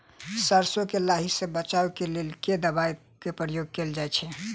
सैरसो केँ लाही सऽ बचाब केँ लेल केँ दवाई केँ प्रयोग कैल जाएँ छैय?